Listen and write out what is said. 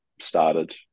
started